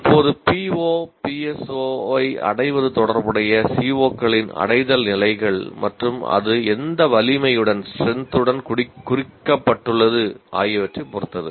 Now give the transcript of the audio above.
இப்போது PO PSO ஐ அடைவது தொடர்புடைய CO களின் அடைதல் நிலைகள் மற்றும் அது எந்த வலிமையுடன் குறிக்கப்பட்டுள்ளது